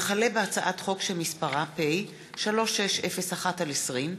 הצעת חוק האזרחים הוותיקים (תיקון,